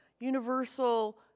universal